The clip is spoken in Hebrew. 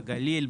בגליל,